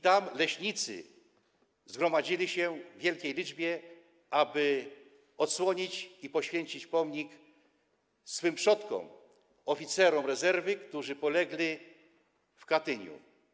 Tam leśnicy zgromadzili się w wielkiej liczbie, aby odsłonić i poświęcić pomnik swych przodków - oficerów rezerwy, którzy polegli w Katyniu.